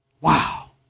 Wow